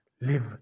live